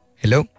hello